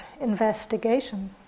investigation